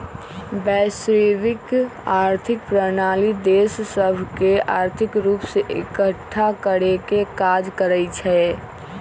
वैश्विक आर्थिक प्रणाली देश सभके आर्थिक रूप से एकठ्ठा करेके काज करइ छै